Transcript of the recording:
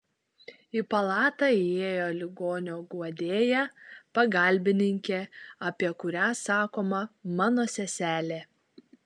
į palatą įėjo ligonio guodėja pagalbininkė apie kurią sakoma mano seselė